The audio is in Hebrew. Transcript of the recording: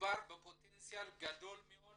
מדובר בפוטנציאל גדול מאוד